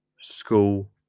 school